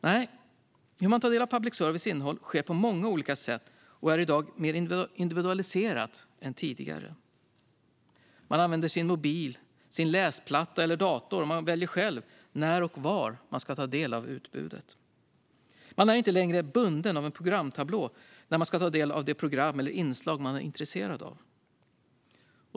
Nej, man tar del av public services innehåll på många olika sätt, och det är i dag mer individualiserat än tidigare. Man använder sin mobil, sin läsplatta eller dator, och man väljer själv när och var man ska ta del av utbudet. Man är inte längre bunden av en programtablå när man ska ta del av det program eller inslag man är intresserad av.